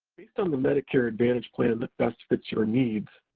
based on the medicare advantage plan that best fits your needs,